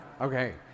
Okay